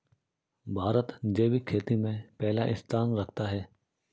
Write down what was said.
भारत जैविक खेती में पहला स्थान रखता है